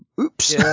oops